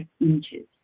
inches